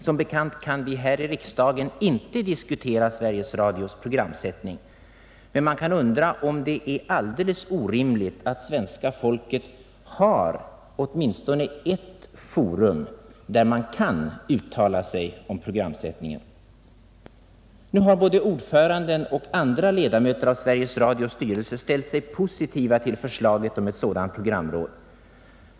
Som bekant kan vi här i riksdagen inte diskutera Sveriges Radios programsättning, men man kan undra om det är alldeles orimligt att svenska folket har åtminstone ett forum, där det kan uttala sig om denna. Nu har både ordföranden och andra ledamöter av Sveriges Radios styrelse ställt sig positiva till förslaget om ett sådant programråd.